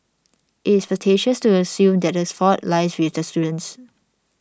it is facetious to assume that this fault lies with the students